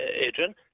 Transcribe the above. Adrian